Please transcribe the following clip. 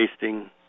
tasting